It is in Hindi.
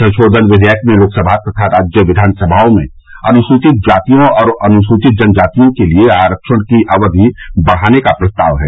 संशोधन विघेयक में लोकसभा तथा राज्य विधानसभाओं में अनुसूचित जातियों और अनुसूचित जनजातियों के लिए आरक्षण की अवधि बढ़ाने का प्रस्ताव है